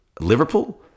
Liverpool